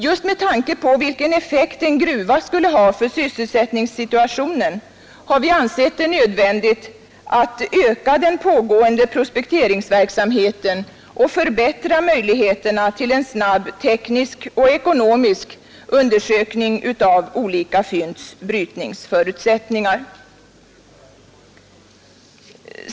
Just med tanke på vilken effekt en gruva skulle ha för sysselsättningssituationen har vi ansett det nödvändigt att öka den pågående prospekteringsverksamheten och förbättra möjligheterna till en snabb teknisk och ekonomisk undersökning av olika fynds brytningsförutsättningar.